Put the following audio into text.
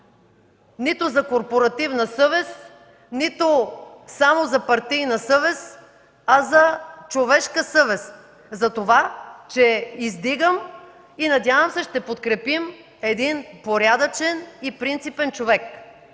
нито за корпоративна съвест, нито само за партийна съвест, а за човешка съвест, за това че издигам и, надявам се, ще подкрепим един порядъчен и принципен човек.